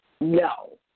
No